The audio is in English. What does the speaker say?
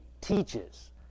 teaches